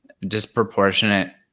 disproportionate